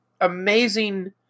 amazing